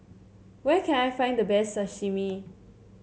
where can I find the best Sashimi